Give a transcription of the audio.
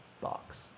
box